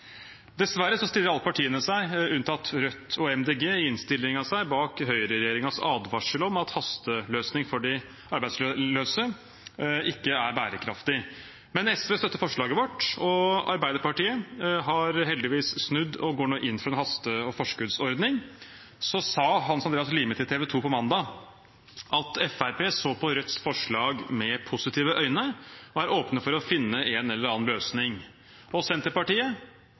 Dessverre stiller alle partiene, unntatt Rødt og Miljøpartiet De Grønne, i innstillingen seg bak høyreregjeringens advarsel om at en hasteløsning for de arbeidsløse ikke er bærekraftig. Men SV støtter forslaget vårt, og Arbeiderpartiet har heldigvis snudd og går nå inn for en haste- og forskuddsordning. Hans Andreas Limi sa til TV2 på mandag at Fremskrittspartiet så på Rødts forslag med positive øyne og er åpne for å finne en eller annen løsning. Senterpartiet